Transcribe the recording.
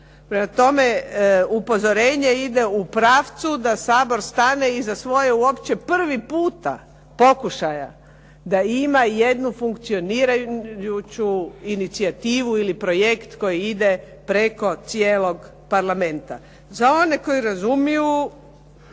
Prema tome, upozorenje ide u pravcu da Sabor stane iz svoje uopće prvi puta pokušaja da ima jednu funkcionirajući inicijativu ili projekt koji ide preko cijelog Parlamenta. Za one koji razumiju